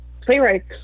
Playwrights